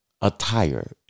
attire